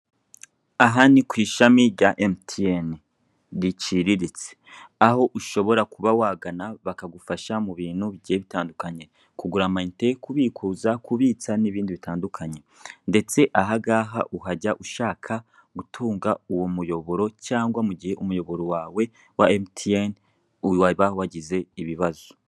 Aha ni ku ishami rya emutiyeni riciriritse, aho ushobora kuba wagana bakagufasha mu bintu bigiye bitandukanye, kugura amayinite, kubikuza, kubitsa n'ibindi bitandukanye ndetse aha ngaha uhajya ushaka gutunga uwo muyoboro cyangwa mu gihe umuyoboro wawe wa emutiyeni waba wagize ibibazo.